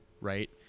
right